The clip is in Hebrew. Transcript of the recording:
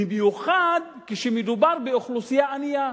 במיוחד כשמדובר באוכלוסייה ענייה.